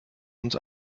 uns